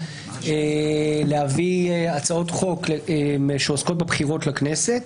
להביא הצעות חוק שעוסקות בבחירות לכנסת.